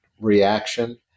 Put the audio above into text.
reaction